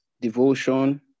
devotion